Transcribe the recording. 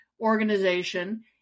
organization